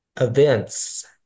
events